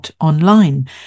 Online